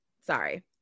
Sorry